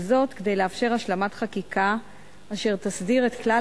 כדי לאפשר השלמת חקיקה אשר תסדיר את כלל